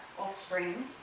offspring